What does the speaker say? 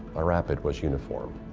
our rapid was uniform.